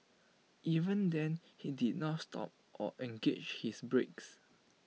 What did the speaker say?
even then he did not stop or engaged his brakes